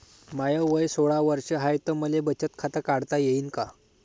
माय वय सोळा वर्ष हाय त मले बचत खात काढता येईन का?